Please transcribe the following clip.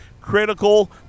critical